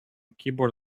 keyboard